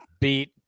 beat